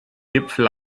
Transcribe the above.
gipfel